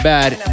Bad